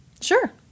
Sure